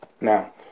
Now